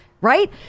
Right